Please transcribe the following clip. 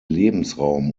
lebensraum